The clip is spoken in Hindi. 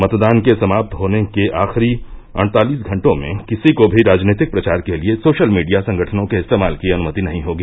मतदान के समाप्त होने के आखिरी अड़तालिस घंटों में किसी को भी राजनीतिक प्रचार के लिए सोशल मीडिया संगठनों के इस्तेमाल की अनुमति नहीं होगी